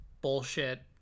bullshit